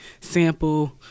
sample